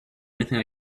anything